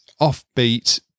offbeat